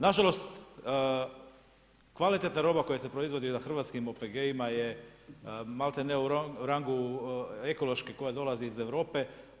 Na žalost, kvalitetna roba koja se proizvodi na hrvatskim OPG-ima je maltene u rangu ekološke koja dolazi iz Europe.